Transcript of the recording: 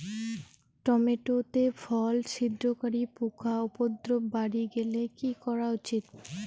Tomato তে ফল ছিদ্রকারী পোকা উপদ্রব বাড়ি গেলে কি করা উচিৎ?